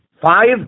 Five